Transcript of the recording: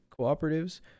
cooperatives